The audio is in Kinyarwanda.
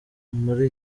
muri